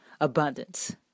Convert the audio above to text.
abundance